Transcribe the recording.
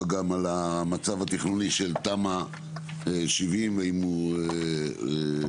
גם על המצב התכנוני של תמ"א 70 ואם היא אושרה,